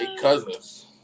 cousins